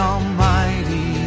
Almighty